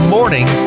Morning